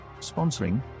sponsoring